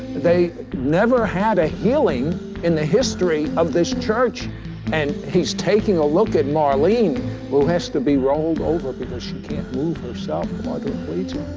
they never had a healing in the history of this church and he's taking a look at marlene who has to be rolled over because she can't move herself, a quadriplegic.